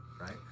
right